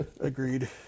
Agreed